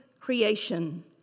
creation